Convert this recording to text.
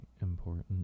important